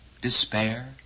despair